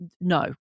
no